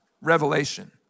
revelation